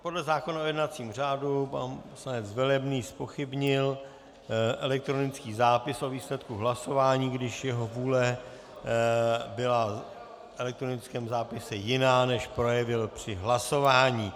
Podle zákona o jednacím řádu pan poslanec Velebný zpochybnil elektronický zápis o výsledku hlasování, když jeho vůle byla v elektronickém zápise jiná, než projevil při hlasování.